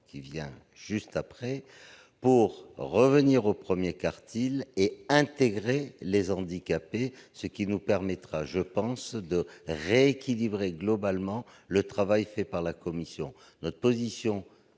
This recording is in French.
du Gouvernement, pour revenir au premier quartile et intégrer les handicapés, ce qui nous permettra, je pense, de rééquilibrer globalement le travail fait par la commission. Même si